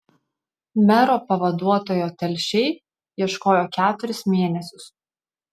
mero pavaduotojo telšiai ieškojo keturis mėnesius